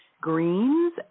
Greens